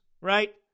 right